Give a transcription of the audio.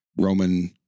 Roman